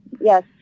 Yes